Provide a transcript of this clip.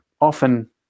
often